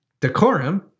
decorum